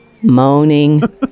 moaning